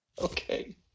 Okay